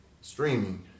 streaming